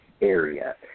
area